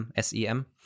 sem